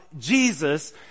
Jesus